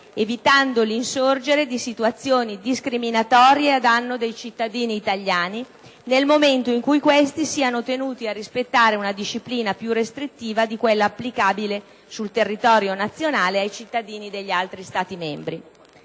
evitando l'insorgere di situazioni discriminatorie a danno dei cittadini italiani, nel momento in cui questi siano tenuti a rispettare una disciplina più restrittiva di quella applicabile sul territorio nazionale ai cittadini degli altri Stati membri.